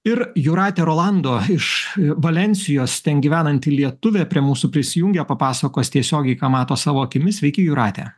ir jūratė rolando iš valensijos ten gyvenanti lietuvė prie mūsų prisijungė papasakos tiesiogiai ką mato savo akimis sveiki jūrate